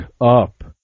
up